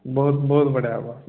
ବହୁତ ବହୁତ ବଢ଼ିଆ ହେବ